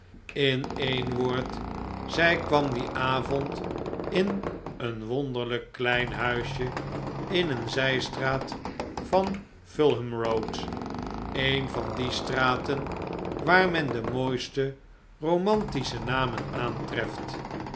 in een woord zij kwam dien avond in een wonderlijk klein huisje in een zijstraat van fulham road een van die straten waar men de mooiste romantische namen aantreft